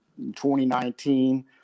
2019